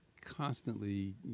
constantly